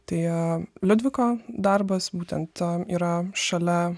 tai jo liudviko darbas būtent tam yra šalia